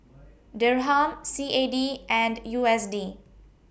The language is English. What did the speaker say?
Dirham C A D and U S D